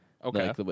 Okay